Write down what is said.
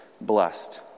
blessed